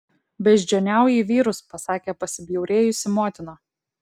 beždžioniauji vyrus pasakė pasibjaurėjusi motina